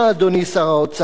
אדוני שר האוצר,